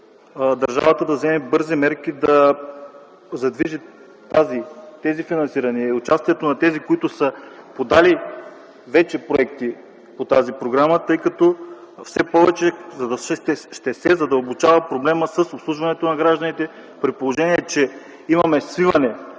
държавата да вземе бързи мерки да задвижи тези финансирания и участието на тези, които са подали вече проекти по тази програма, тъй като все повече ще се задълбочава проблемът с обслужването на гражданите при положение, че имаме свиване